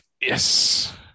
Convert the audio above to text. Yes